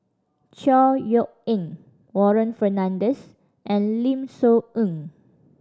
Chor Yeok Eng Warren Fernandez and Lim Soo Ngee